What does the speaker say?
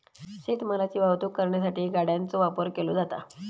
शेत मालाची वाहतूक करण्यासाठी गाड्यांचो वापर केलो जाता